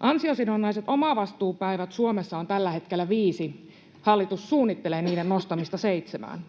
Ansiosidonnaisia omavastuupäiviä Suomessa on tällä hetkellä viisi. Hallitus suunnittelee niiden nostamista seitsemään.